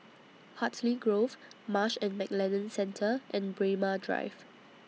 Hartley Grove Marsh and McLennan Centre and Braemar Drive